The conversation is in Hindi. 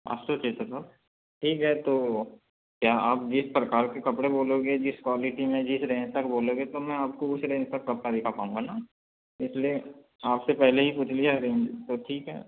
पाँच सौ छः सौ का ठीक है तो क्या आप जिस प्रकार के कपड़े बोलोगे जिस क्वालिटी में जिस रेंज तक बोलोगे तो मैं आपको उस रेंज का कपड़ा दिखा पाऊँगा ना इसलिए आपसे पहले ही पूछ लिया रेंज तो ठीक है